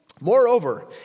Moreover